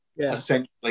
essentially